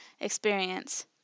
experience